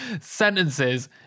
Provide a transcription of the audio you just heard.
sentences